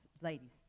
ladies